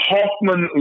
Hoffman